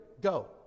Go